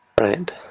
Right